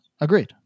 agreed